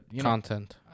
content